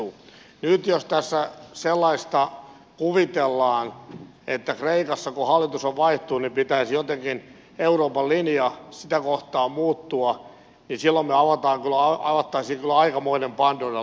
nyt jos tässä sellaista kuvitellaan että kreikassa kun hallitus vaihtuu pitäisi jotenkin euroopan linjan sitä kohtaan muuttua niin silloin me avaisimme kyllä aikamoisen pandoran lippaan